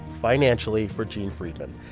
financially, for gene friedman.